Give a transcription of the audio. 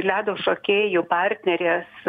ledo šokėjų partnerės